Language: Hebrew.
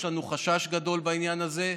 יש לנו חשש גדול בעניין הזה,